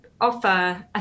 offer